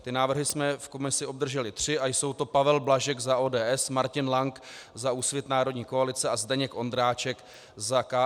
Ty návrhy jsme v komisi obdrželi tři a jsou to: Pavel Blažek za ODS, Martin Lank za Úsvit Národní koalice a Zdeněk Ondráček za KSČM.